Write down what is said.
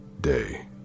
day